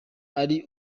ari